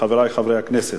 חברי חברי הכנסת,